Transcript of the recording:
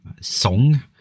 song